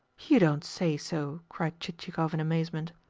you don't say so? cried chichikov in amazement.